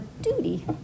duty